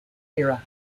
era